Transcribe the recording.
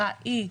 להיפך,